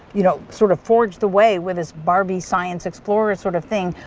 you know, sort of forged the way with this barbie science explorer sort of thing.